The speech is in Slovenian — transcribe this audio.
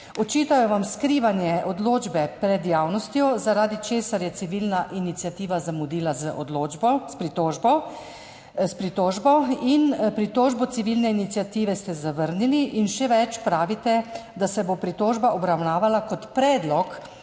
Očitajo vam skrivanje odločbe pred javnostjo, zaradi česar je civilna iniciativa zamudila s pritožbo. Pritožbo civilne iniciative ste zavrnili. Še več, pravite, da se bo pritožba obravnavala kot predlog